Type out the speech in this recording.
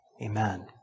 Amen